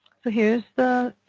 so here is the